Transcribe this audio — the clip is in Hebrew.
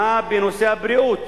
מה בנושא הבריאות,